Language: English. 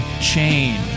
chain